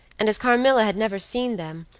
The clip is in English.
and as carmilla had never seen them,